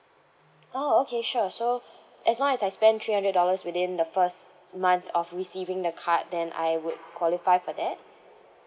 oh okay sure so as long as I spent three hundred dollars within the first month of receiving the card then I would qualify for that